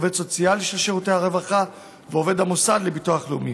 עובד סוציאלי של שירותי הרווחה ועובד המוסד לביטוח לאומי.